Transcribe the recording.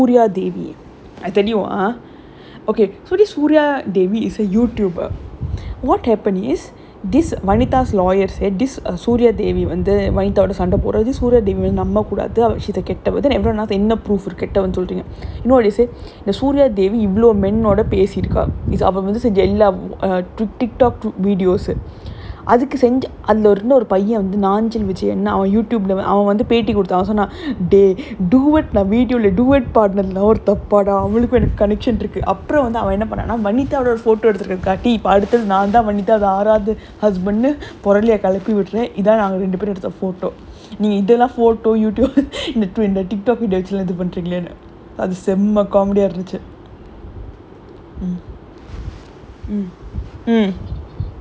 it is eh you know vanita right the vanita fighting this woman got ah suria I tell you ah okay so the suria devi is a YouTuber what happen is this vanita lawyer said this ah suria devi வந்து:vanthu vanitha ஓட சண்ட போடுறது:oda sanda podurathu suria devi வந்து நம்பக்கூடாது அவ கெட்டவ:vanthu nambakkoodaathu ava kettava then anyone ask என்ன:enna proof இருக்கு கெட்டவனு சொல்றீங்க:irukku kettavanu solreenga you know what they say the suria devi இவ்ளோ:ivlo men ஓட பேசிர்க்கா:oda pesirkkaa is அவ வந்து:ava vanthu ah TikTok videos அதுக்கு செஞ்சு அதுல இன்னொரு பையன் வந்து:athukku senju athula innoru paiyan vanthu nanjil vijayan அவன்:avan YouTube leh அவன் பேட்டி குடுத்தான் அவன் சொன்னா:avan paetti kuduththaan avan sonnaa do it video lah duet பாடுனதெல்லா ஒரு தப்பாடா அவளுக்கும் எனக்கும்:paadunathellaa oru thappaadaa avalukkum enakkum connection இருக்கு அப்புறம் வந்து அவன் என்ன பண்ணானா:irukku appuram vanthu avan enna pannaanaa vanita ஓட ஒரு:oda oru photo எடுத்துர காட்டி இப்ப அடுத்தது நான் தான்:eduthura kaatti ippa aduthathu naan thaan vanita ஆறாவது:aaravathu husband புறளை கிளப்பி விடுறேன் இதான் நாங்க ரெண்டு பேரு எடுத்த:puralai kilappi viduraen ithaan naanga rendu peru eduththa photo நீங்க இதெல்லாம்:neenga ithellaam photo YouTube இந்த:intha TikTok video வச்சு எல்லாம் இது பண்றீங்களேனு அது செம்ம:vachu ellaam ithu panreengalaenu athu semma comedy ah இருந்துச்சு:irunthuchu